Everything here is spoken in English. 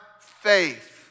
faith